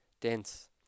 dense